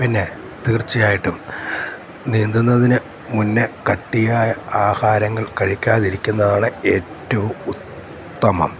പിന്നെ തീർച്ചയായിട്ടും നീന്തുന്നതിന് മുന്നെ കട്ടിയായ ആഹാരങ്ങൾ കഴിക്കാതിരിക്കുന്നതാണ് ഏറ്റവും ഉത്തമം